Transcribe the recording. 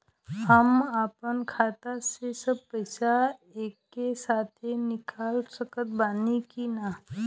हम आपन खाता से सब पैसा एके साथे निकाल सकत बानी की ना?